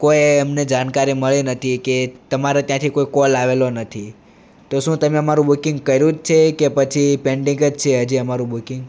કોઈ અમને જાણકારી મળી નથી કે તમારે ત્યાંથી કોલ આવેલો નથી તો શું તમે મારું બુકિંગ કર્યું જ છે કે પછી પેન્ડિંગ જ છે હજી અમારું બુકિંગ